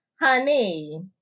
honey